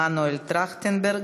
מנואל טרכטנברג,